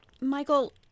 Michael